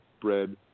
bread